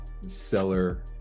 seller